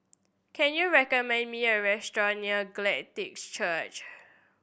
can you recommend me a restaurant near Glad Tidings Church